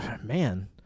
man